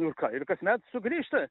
nu ir ką ir kasmet sugrįžta